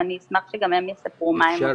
ואני אשמח שגם הם יספרו מה הם עושים.